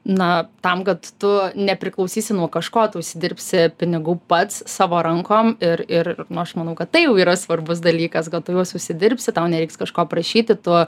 na tam kad tu nepriklausysi nuo kažko tu užsidirbsi pinigų pats savo rankom ir ir aš manau kad tai jau yra svarbus dalykas gal tu juos užsidirbsi tau nereiks kažko prašyti tu